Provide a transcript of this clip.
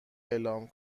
اعلام